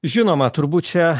žinoma turbūt čia